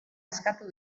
eskatu